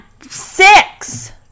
six